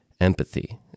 empathy